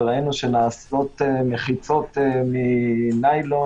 וראינו שנעשות מחיצות מניילון.